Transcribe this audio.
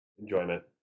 enjoyment